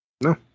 No